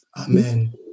Amen